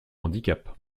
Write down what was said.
handicap